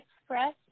express